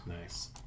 Nice